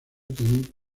tienen